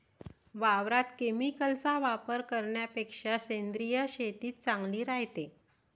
वावरात केमिकलचा वापर करन्यापेक्षा सेंद्रिय शेतीच चांगली रायते